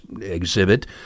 exhibit